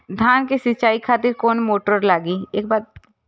धान के सीचाई खातिर कोन मोटर ली?